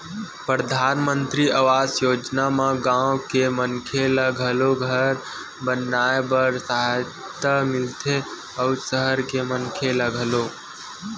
परधानमंतरी आवास योजना म गाँव के मनखे ल घलो घर बनाए बर सहायता मिलथे अउ सहर के मनखे ल घलो